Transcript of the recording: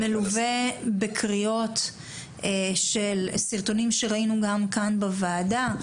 מלווה בקריאות של סרטונים שראינו גם כאן בוועדה,